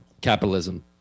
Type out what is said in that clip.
capitalism